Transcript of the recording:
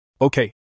Okay